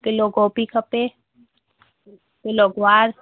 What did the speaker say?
kilo गोभी खपे kilo गुआर